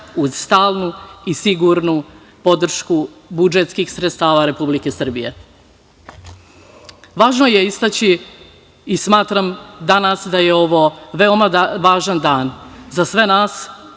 uz stalnu i sigurnu podršku budžetskih sredstava Republike Srbije. Važno je istaći i smatram danas da je ovo veoma važan dan za sve nas